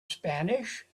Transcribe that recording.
spanish